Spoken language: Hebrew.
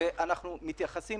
אנחנו מתייחסים